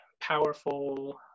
powerful